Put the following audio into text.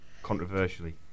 Controversially